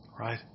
Right